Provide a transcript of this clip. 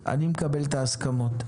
אני מקבל את ההסכמות.